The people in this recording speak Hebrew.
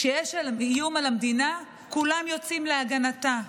כשיש איום על המדינה, כולם יוצאים להגנתה.